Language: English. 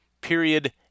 Period